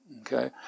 okay